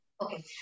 Okay